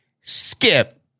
Skip